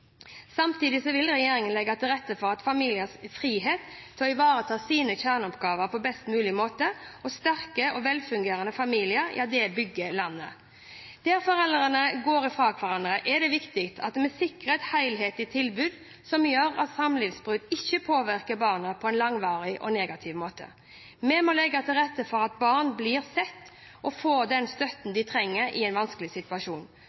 Samtidig vil regjeringen legge til rette for familiers frihet til å ivareta sine kjerneoppgaver på best mulig måte. Sterke og velfungerende familier bygger landet. Der foreldrene går fra hverandre, er det viktig at vi sikrer et helhetlig tilbud som gjør at samlivsbrudd ikke påvirker barnet på en langvarig og negativ måte. Vi må legge til rette for at barn blir sett og får den støtten de trenger i en vanskelig situasjon.